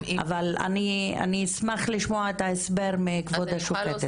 אני אשמח לשמוע את ההסבר מכבוד השופטת.